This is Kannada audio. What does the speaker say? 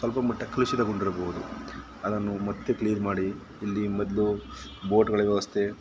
ಸ್ವಲ್ಪ ಮಟ್ಟ ಕಲುಷಿತಗೊಂಡಿರಬಹುದು ಅದನ್ನು ಮತ್ತೆ ಕ್ಲೀನ್ ಮಾಡಿ ಇಲ್ಲಿ ಮೊದಲು ಬೋಟ್ಗಳ ವ್ಯವಸ್ಥೆ